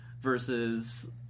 versus